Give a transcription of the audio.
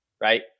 right